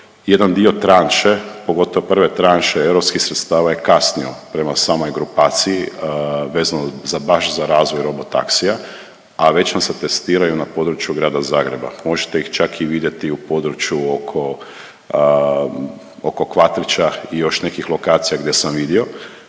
jedan dio tranše, pogotovo prve tranše europskih sredstava je kasnio prema samoj grupaciji, vezano za baš za razvoj robotaxia, a već vam se testiraju na području Grada Zagreba, možete ih čak i vidjeti u području oko Kvatrića i još nekih lokacija gdje sam ih vidio,